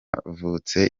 bavutse